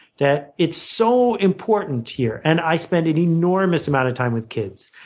that it's so important here, and i spend an enormous amount of time with kids.